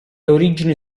origini